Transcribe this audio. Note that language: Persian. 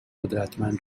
قدرتمند